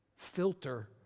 filter